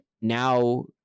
now